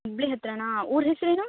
ಹುಬ್ಬಳ್ಳಿ ಹತ್ತಿರನಾ ಊರ ಹೆಸ್ರು ಏನು